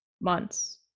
months